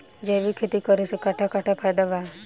जैविक खेती करे से कट्ठा कट्ठा फायदा बा?